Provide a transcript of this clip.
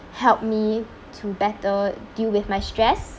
help me to better deal with my stress